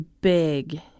big